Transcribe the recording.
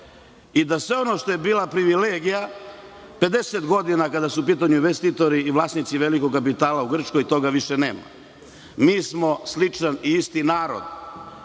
i da sve ono što je bila privilegija 50 godina kada su u pitanju investitori i vlasnici velikog kapitala u Grčkoj, toga više nema. Mi smo sličan i isti narod.